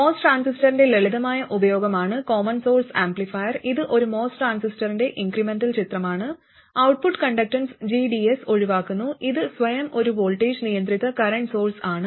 MOS ട്രാൻസിസ്റ്ററിന്റെ ലളിതമായ ഉപയോഗമാണ് കോമൺ സോഴ്സ് ആംപ്ലിഫയർ ഇത് ഒരു MOS ട്രാൻസിസ്റ്ററിന്റെ ഇൻക്രെമെന്റൽ ചിത്രമാണ് ഔട്ട്പുട്ട് കണ്ടക്ടൻസ് gds ഒഴിവാക്കുന്നു ഇത് സ്വയം ഒരു വോൾട്ടേജ് നിയന്ത്രിത കറന്റ് സോഴ്സ് ആണ്